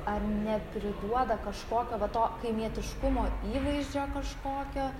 ar nepriduoda kažkokio va to kaimietiškumo įvaizdžio kažkokio